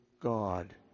God